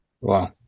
Wow